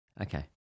Okay